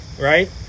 right